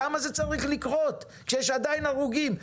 למה זה צריך לקרות כשיש עדיין הרוגים,